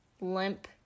limp